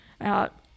out